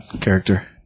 character